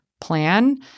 plan